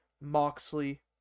moxley